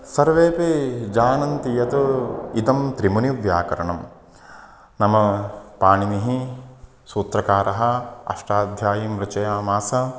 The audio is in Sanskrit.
सर्वेपि जानन्ति यत् इदं त्रिमुनिव्याकरणं नाम पाणिनिः सूत्रकारः अष्टाध्यायीं रचयामास